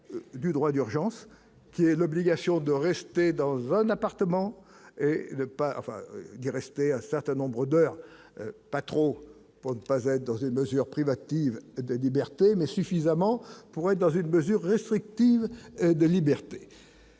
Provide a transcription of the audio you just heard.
du droit d'urgence qui est l'obligation de rester dans un appartement et ne pas enfin je dis respect un certain nombre de leur patron pour ne pas être dans une mesure privative de liberté, mais suffisamment pour être dans une mesure restrictive de liberté,